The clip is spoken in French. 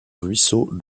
ruisseau